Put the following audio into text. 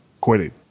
quitting